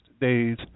days